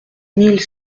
mille